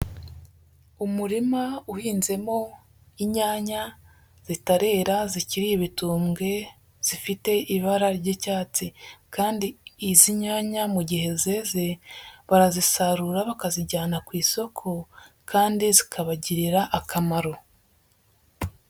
Umurima uhinzemo inyanya zitarera zikiri ibitombwe zifite ibara ry'icyatsi, kandi izi nyanya mu gihe zeze, barazisarura bakazijyana ku isoko, kandi zikabagirira akamaro.